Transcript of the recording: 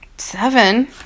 seven